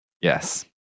Yes